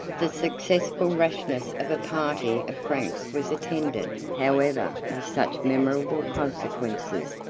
the successful rashness of a party of franks was attended, however, with such memorable consequences,